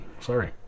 Sorry